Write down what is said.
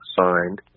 signed